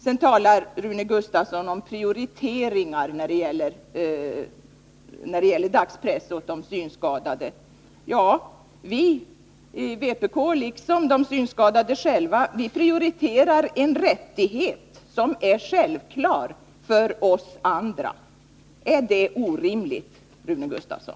Vidare talar Rune Gustavsson om att de synskadade skall prioriteras när det gäller dagspressen. Ja, vpk prioriterar i likhet med de synskadade själva den rättighet som för oss seende är en självklarhet. Är det orimligt, Rune Gustavsson?